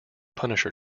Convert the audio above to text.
punisher